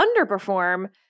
underperform